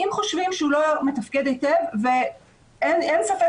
אם חושבים שהוא לא מתפקד היטב ואין ספק